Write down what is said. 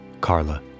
Carla